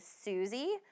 Susie